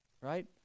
Right